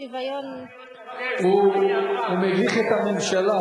הוא מביך את הממשלה.